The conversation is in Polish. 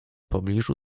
pobliżu